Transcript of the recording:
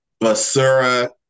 basura